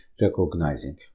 recognizing